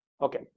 Okay